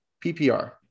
PPR